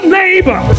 neighbor